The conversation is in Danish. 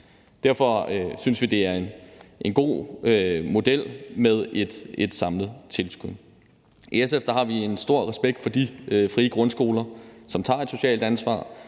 Derfor synes vi, det er en god model at have et samlet tilskud. I SF har vi en stor respekt for de frie grundskoler, som tager et socialt ansvar,